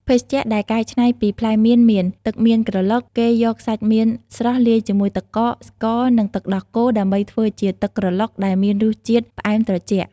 ភេសជ្ជៈដែលកែច្នៃពីផ្លែមៀនមាន ទឹកមៀនក្រឡុក គេយកសាច់មៀនស្រស់លាយជាមួយទឹកកក ស្ករ និងទឹកដោះគោដើម្បីធ្វើជាទឹកក្រឡុកដែលមានរសជាតិផ្អែមត្រជាក់។